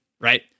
right